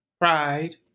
Pride